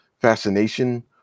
fascination